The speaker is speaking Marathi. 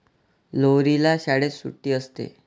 लोहरीला शाळेत सुट्टी असते